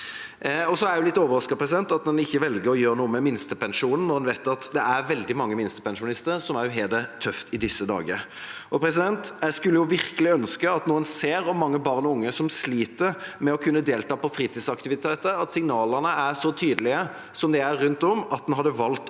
Jeg er også litt overrasket over at en ikke velger å gjøre noe med minstepensjonen, når en vet at det er veldig mange minstepensjonister som også har det tøft i disse dager. Jeg skulle virkelig ønske at når en ser at det er mange barn og unge som sliter med å kunne delta på fritidsaktiviteter, og signalene er så tydelige som de er rundt om, at en hadde valgt å